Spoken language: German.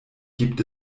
gibt